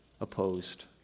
opposed